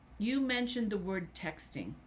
you mentioned the word texting.